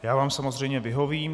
Já vám samozřejmě vyhovím.